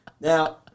now